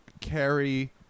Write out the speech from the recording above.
carry